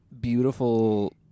beautiful